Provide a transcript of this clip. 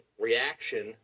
reaction